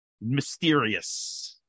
mysterious